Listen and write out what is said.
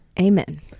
Amen